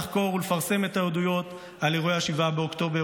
לחקור ולפרסם את העדויות על אירועי 7 באוקטובר